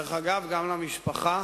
דרך אגב, גם למשפחה